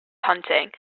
hunting